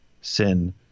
sin